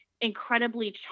incredibly